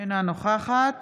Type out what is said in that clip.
אינה נוכחת